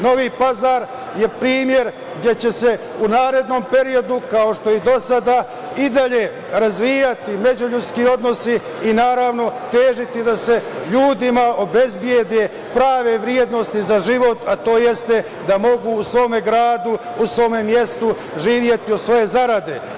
Novi Pazar je primer gde će se u narednom periodu kao što je i do sada i dalje razvijati međuljudski odnosi i naravno težiti da se ljudima obezbede prave vrednosti za život, a to jeste da mogu u svome gradu, u svome mestu živeti od svoje zarade.